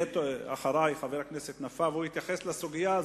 ידבר חבר הכנסת נפאע והוא יתייחס לסוגיה הזאת.